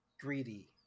greedy